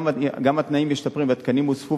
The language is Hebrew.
גם התנאים משתפרים והתקנים הוספו,